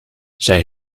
zij